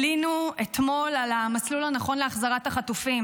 עלינו אתמול על המסלול הנכון להחזרת החטופים.